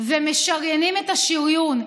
ומשריינים את השריון.